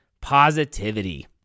positivity